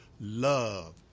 love